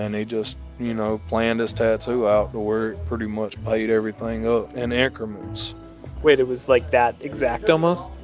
and he just you know planned his tattoo out to where it pretty much paid everything up in increments wait, it was like that exact almost?